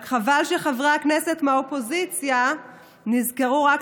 רק חבל שחברי הכנסת מהאופוזיציה נזכרו רק